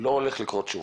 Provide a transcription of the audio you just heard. לא הולך לקרות שוב?